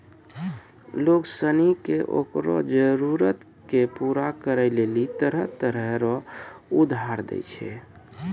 लोग सनी के ओकरो जरूरत के पूरा करै लेली तरह तरह रो उधार दै छै